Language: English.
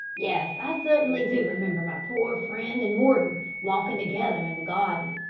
yes, i certainly do remember my poor friend and mordon walking together in the garden.